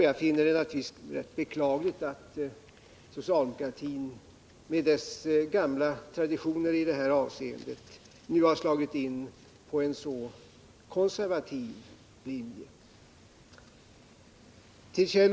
Jag finner det naturligtvis beklagligt att socialdemokratin, med dess gamla traditioner i detta avseende, nu har slagit in på en så konservativ linje.